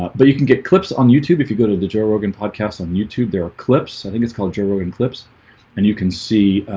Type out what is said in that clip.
but you can get clips on youtube if you go to the joe rogan podcast on youtube, there are clips. i think it's called joe rogan clips and you can see